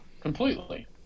completely